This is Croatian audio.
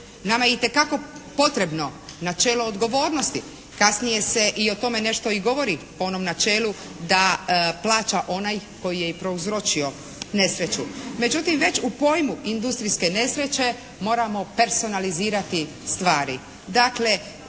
Nama je itekako potrebno načelo odgovornosti. Kasnije se o tome i nešto govori po onom načelu da plaća onaj koji je prouzročio nesreću. Međutim, već u pojmu industrijske nesreće moramo personalizirati stvari.